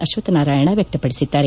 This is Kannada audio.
ಅಕ್ಷಕ ನಾರಾಯಣ ವ್ಯಕ್ತಪಡಿಸಿದ್ದಾರೆ